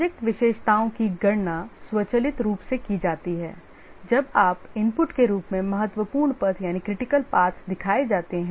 project विशेषताओं की गणना स्वचालित रूप से की जाती है जब आप इनपुट के रूप में महत्वपूर्ण पथ दिखाए जाते हैं